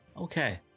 okay